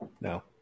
no